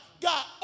God